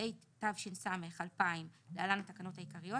התש"ס 2000, להלן התקנות העיקריות.